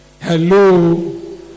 Hello